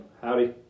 Howdy